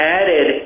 added